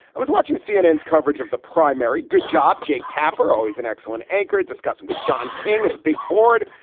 i was watching cnn's coverage of the primary. good job. jake tapper, always an excellent anchor, discussing with john king at the big board.